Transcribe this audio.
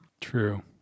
True